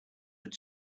had